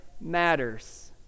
matters